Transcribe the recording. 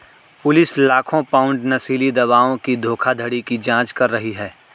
police लाखों pound नशीली दवाओं की धोखाधड़ी की जांच कर रही है